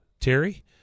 Terry